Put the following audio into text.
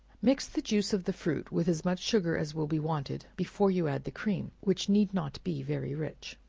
mix the juice of the fruit with as much sugar as will be wanted before you add the cream, which need not be very rich.